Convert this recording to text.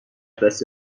دستی